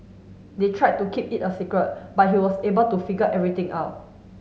they tried to keep it a secret but he was able to figure everything out